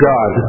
God